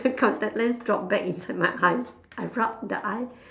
the contact lens drop back inside my eye I rub the eye